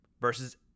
versus